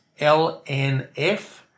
LNF